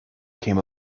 came